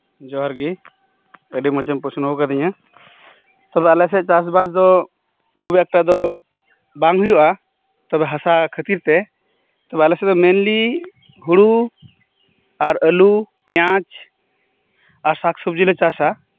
ᱡᱚᱦᱟᱨᱜᱮ ᱟᱹᱰᱤ ᱢᱚᱸᱡᱽ ᱮᱢ ᱯᱚᱥᱱᱚ ᱟᱠᱟᱫᱤᱧᱟᱹ ᱛᱚᱵᱮ ᱟᱞᱮᱥᱮᱫ ᱪᱟᱥᱵᱟᱥ ᱫᱚ ᱠᱷᱩᱵ ᱮᱠᱴᱟ ᱫᱚ ᱵᱟᱝ ᱦᱩᱭᱩᱜᱼᱟ ᱛᱚᱵᱮ ᱦᱟᱥᱟ ᱠᱷᱟᱹᱛᱤᱨ ᱛᱮ ᱛᱚᱵᱮ ᱟᱞᱮᱥᱮᱫ ᱫᱚ ᱢᱮᱱᱞᱤ ᱦᱩᱲᱩ ᱟᱨ ᱟᱹᱞᱩ ᱯᱮᱸᱭᱟᱡ ᱟᱨ ᱥᱟᱠᱥᱚᱵᱡᱤᱞᱮ ᱪᱟᱥᱟ